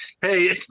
Hey